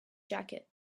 jacket